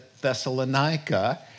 Thessalonica